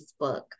Facebook